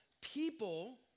people